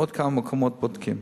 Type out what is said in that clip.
עוד כמה מקומות בודקים.